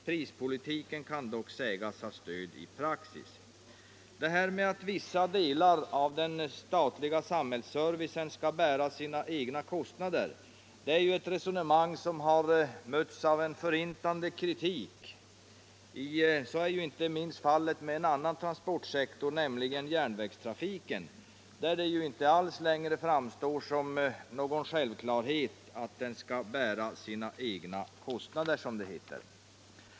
Prispolitiken kan dock sägas ha stöd i praxis.” Detta med att vissa delar av den statliga samhällsservicen skall ”bära sina egna kostnader” är ju ett resonemang som har mötts av en förintande kritik. Så är inte minst fallet med en annan transportsektor, nämligen järnvägstrafiken, där det ju inte alls framstår som någon självklarhet att den skall ”bära sina egna kostnader”.